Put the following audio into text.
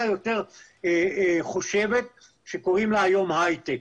יותר חושבת שקוראים לה היום הייטק.